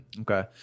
okay